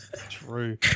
true